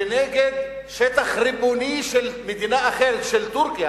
ונגד שטח ריבוני של מדינה אחרת, של טורקיה.